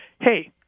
hey